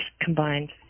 combined